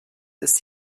ist